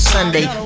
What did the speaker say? Sunday